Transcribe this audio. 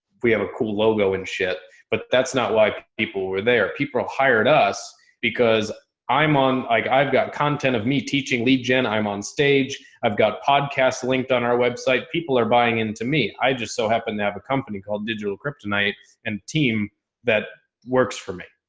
we have a cool logo and shit, but that's not why like people were there. people hired us because i'm on like, i've got content of me teaching lead gen, i'm on stage, i've got podcasts linked on our website. people are buying into me. i just so happened to have a company called digital kryptonite and team that works for me.